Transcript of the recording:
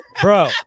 bro